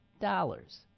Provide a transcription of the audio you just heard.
dollars